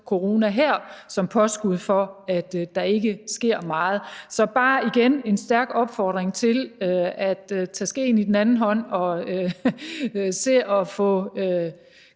corona her som påskud for, at der ikke sker meget. Så det er bare igen en stærk opfordring til at tage skeen i den anden hånd og se at få